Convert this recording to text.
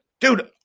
dude